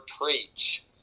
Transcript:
preach